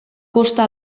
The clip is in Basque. kosta